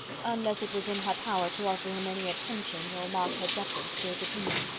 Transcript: unless it was in her power to offer him any attention, or mark her deference for his opinion.